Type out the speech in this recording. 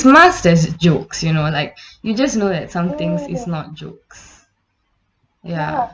masked as jokes you know like you just know that something is not jokes ya